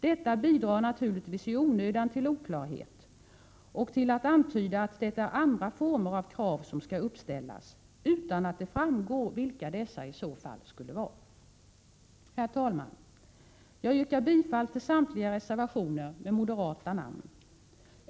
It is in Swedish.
Detta gör naturligtvis att det i onödan blir oklarheter och synes antyda att det är andra former av krav som skall uppställas, utan att det framgår vilka dessa i så fall skulle vara. Herr talman! Jag yrkar bifall till samtliga reservationer med moderata namn.